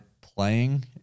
playing